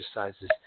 exercises